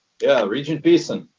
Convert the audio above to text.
yeah, regent beeson?